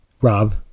Rob